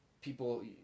people